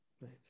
right